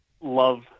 love